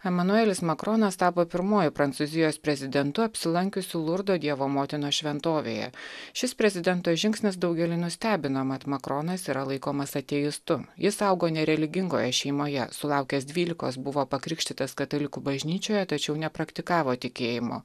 emanuelis makronas tapo pirmuoju prancūzijos prezidentu apsilankiusiu lurdo dievo motinos šventovėje šis prezidento žingsnis daugelį nustebino mat makronas yra laikomas ateistu jis augo nereligingoje šeimoje sulaukęs dvylikos buvo pakrikštytas katalikų bažnyčioje tačiau nepraktikavo tikėjimo